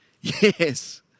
yes